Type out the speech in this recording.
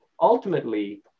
ultimately